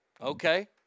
Okay